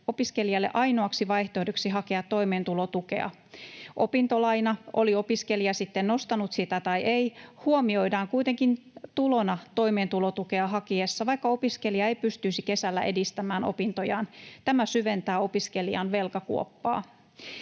opiskelijalle ainoaksi vaihtoehdoksi hakea toimeentulotukea. Opintolaina, oli opiskelija sitten nostanut sitä tai ei, huomioidaan kuitenkin tulona toimeentulotukea hakiessa, vaikka opiskelija ei pystyisi kesällä edistämään opintojaan. Tämä syventää opiskelijan velkakuoppaa.